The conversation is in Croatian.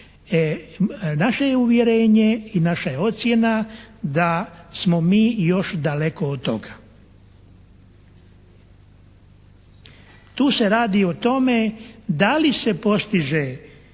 Naše je uvjerenje i naša je ocjena da smo mi još daleko od toga. Tu se radi o tome da li se postiže